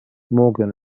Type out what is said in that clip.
morgan